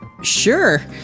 sure